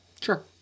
Sure